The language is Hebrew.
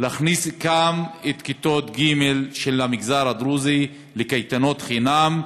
להכניס גם את כיתות ג' של המגזר הדרוזי לקייטנות חינם,